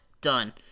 done